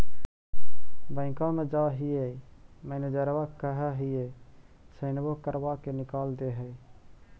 बैंकवा मे जाहिऐ मैनेजरवा कहहिऐ सैनवो करवा के निकाल देहै?